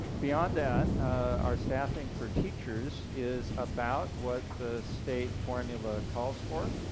beyond that our staffing for teachers is about what the state formula calls for.